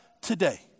today